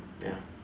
ya